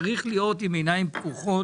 צריך להיות עם עיניים פקוחות.